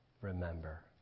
Remember